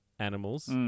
Animals